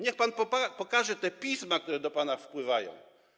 Niech pan pokaże te pisma, które do pana wpływają.